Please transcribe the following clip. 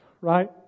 right